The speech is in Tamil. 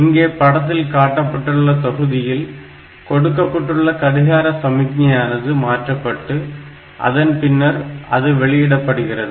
இங்கே படத்தில் காட்டப்பட்டுள்ள தொகுதியில் கொடுக்கப்பட்டுள்ள கடிகார சமிக்ஞையானது மாற்றப்பட்டு அதன் பின்னர் அது வெளியிடப்படுகிறது